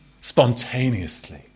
spontaneously